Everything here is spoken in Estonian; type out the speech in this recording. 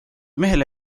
mehele